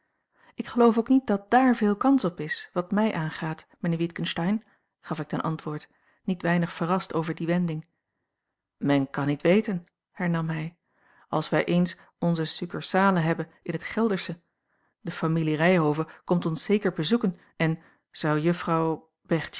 ik geloof ook niet dat dààr veel kans op is wat mij aangaat mijnheer witgensteyn gaf ik ten antwoord niet weinig verrast over die wending men kan niet weten hernam hij als wij eens onze succursale hebben in het geldersche de familie ryhove komt ons zeker bezoeken en zou juffrouw